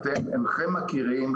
אתם אינכם מכירים,